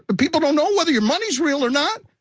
but people don't know whether your money's real or not.